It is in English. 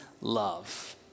Love